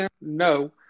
No